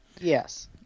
Yes